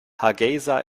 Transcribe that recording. hargeysa